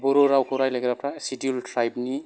बर' रावखौ रायलायग्राफ्रा सेदिउल ट्राइबनि